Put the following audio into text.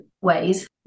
ways